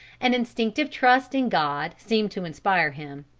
an instinctive trust in god seemed to inspire him.